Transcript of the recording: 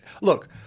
look